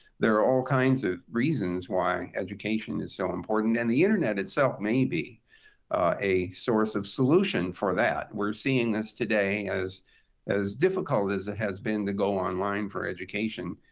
there are all kinds of reasons why education is so important. and the internet itself may be a source of solution for that. we're seeing this today. as as difficult as it has been to go online for education,